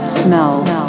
smells